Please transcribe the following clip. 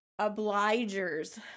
Obligers